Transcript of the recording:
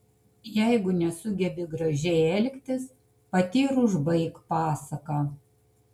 jeigu nesugebi gražiai elgtis pati ir užbaik pasaką